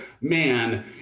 man